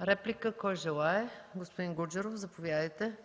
Реплика кой желае? Господин Гуджеров, заповядайте. ПАВЕЛ ГУДЖЕРОВ (ГЕРБ):